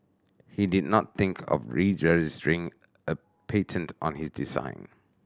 he did not think of registering a patent on his design